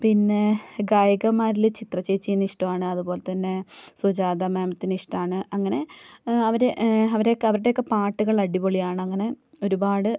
പിന്നെ ഗായകന്മാരിൽ ചിത്ര ചേച്ചിയെ ഇഷ്ടമാണ് അതുപോലെ തന്നെ സുജാത മേമിനെ ഇഷ്ടമാണ് അങ്ങനെ അവരെ അവരെയൊക്കെ അവരുടെയൊക്കെ പാട്ടുകൾ അടിപൊളിയാണ് അങ്ങനെ ഒരുപാട്